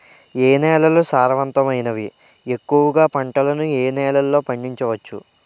ఏ నేలలు సారవంతమైనవి? ఎక్కువ గా పంటలను ఏ నేలల్లో పండించ వచ్చు?